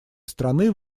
страны